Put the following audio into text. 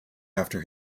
after